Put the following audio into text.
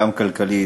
גם כלכלית,